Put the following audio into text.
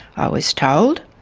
i was told